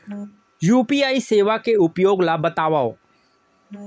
UPI सेवा के उपयोग ल बतावव?